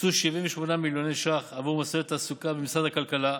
הוקצו 78 מיליוני ש"ח עבור מסלולי תעסוקה במשרד הכלכלה,